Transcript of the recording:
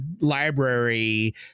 library